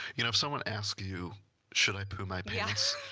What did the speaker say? you know, if someone asks you should i poo my pants,